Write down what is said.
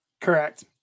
Correct